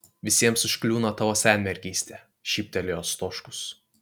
visiems užkliūna tavo senmergystė šyptelėjo stoškus